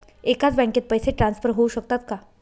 एकाच बँकेत पैसे ट्रान्सफर होऊ शकतात का?